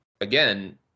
Again